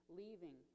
leaving